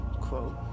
Quote